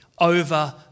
over